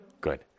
Good